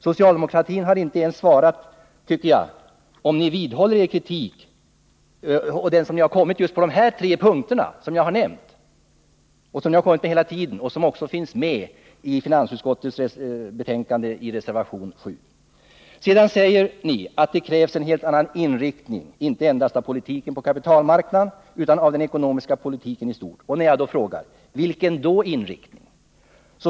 Socialdemokraterna har inte ens svarat på frågan, om ni vidhåller den kritik som ni hela tiden anfört på de här tre punkterna och som också finns med i reservation 7 i betänkandet. Ni säger att det krävs en helt annan inriktning, inte endast av politiken på kapitalmarknaden utan av den ekonomiska politiken i stort. Och när jag då frågar: Vilken då inriktning?